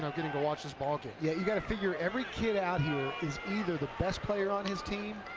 so getting to watch this ballgame. yeah you got to figure every kid out here is either the best player on his team,